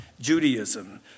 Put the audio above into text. Judaism